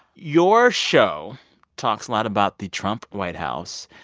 your show talks a lot about the trump white house.